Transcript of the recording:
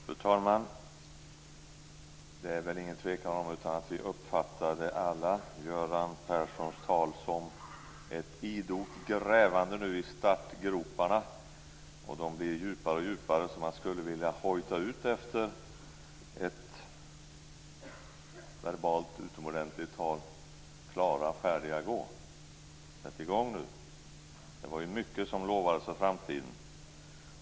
Fru talman! Det är väl ingen tvekan om att vi alla uppfattade Göran Perssons tal som ett idogt grävande i startgroparna. De blir djupare och djupare, och efter ett verbalt utomordentligt tal skulle man vilja hojta: Klara, färdiga, gå! Sätt igång nu! Det var mycket som lovades inför framtiden.